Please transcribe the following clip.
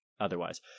otherwise